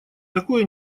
такое